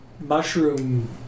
mushroom